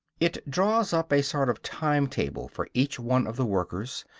it draws up a sort of time-table for each one of the workers,